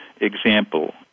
example